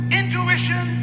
intuition